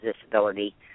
disability